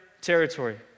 territory